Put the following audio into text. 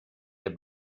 der